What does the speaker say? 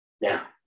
Now